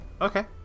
Okay